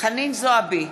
חנין זועבי,